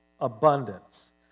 abundance